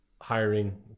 hiring